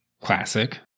Classic